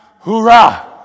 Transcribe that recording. Hoorah